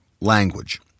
language